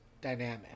dynamic